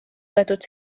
võetud